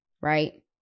right